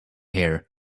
here